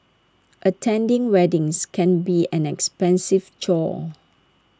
attending weddings can be an expensive chore